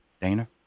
Dana